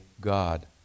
God